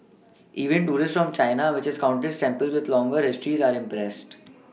even tourists from China which has countless temples with longer histories are impressed